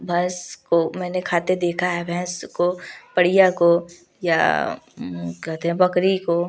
भैस को मैंने खाते देखा है भैंस को पड़िया को या कहते हैं बकरी को